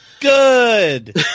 good